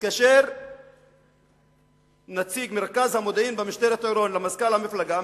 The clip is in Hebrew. מתקשר נציג מרכז המודיעין במשטרת עירון למזכ"ל המפלגה,